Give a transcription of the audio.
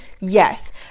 Yes